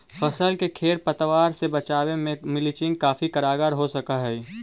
फसल के खेर पतवार से बचावे में मल्चिंग काफी कारगर हो सकऽ हई